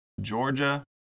Georgia